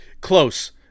close